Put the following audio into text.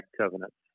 covenants